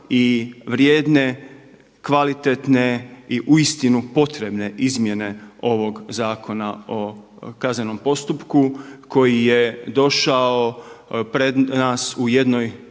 i vrijedne, kvalitetne i uistinu potrebne izmjene ovog Zakona o kaznenom postupku koji je došao pred nas u jednoj